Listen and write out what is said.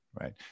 right